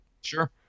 Sure